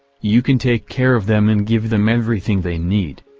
you can take care of them and give them everything they need,